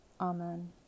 Amen